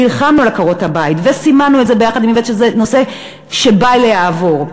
נלחמנו על עקרות-הבית וסימנו את זה ביחד עם איווט שזה נושא בל יעבור.